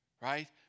right